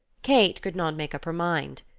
kate could not make up her mind.